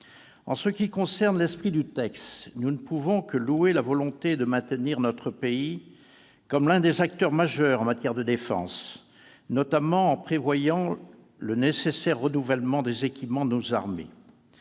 En ce qui concerne l'esprit du texte, nous ne pouvons que louer la volonté de maintenir notre pays comme l'un des acteurs majeurs en matière de défense, en prévoyant notamment le nécessaire renouvellement des équipements de nos armées.